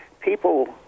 people